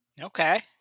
Okay